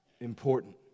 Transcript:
important